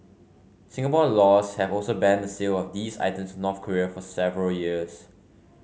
Singapore laws have also banned the sale of these items North Korea for several years